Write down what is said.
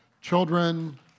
children